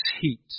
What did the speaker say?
heat